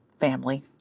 family